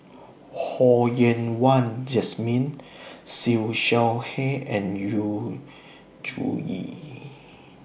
Ho Yen Wah Jesmine Siew Shaw Her and Yu Zhuye